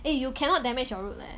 eh you cannot damage your root leh